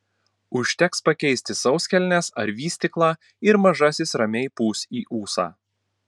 užteks pakeisti sauskelnes ar vystyklą ir mažasis ramiai pūs į ūsą